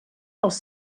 els